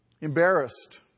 Embarrassed